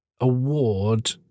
award